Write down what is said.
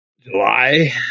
July